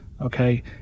okay